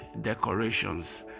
decorations